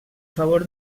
favor